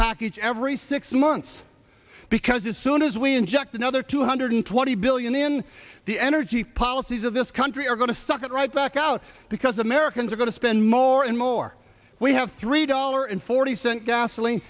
package every six months because as soon as we inject another two hundred twenty billion in the energy policies of this country are going to suck it right back out because americans are going to spend more and more we have three dollars and forty cent gasoline